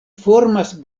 formas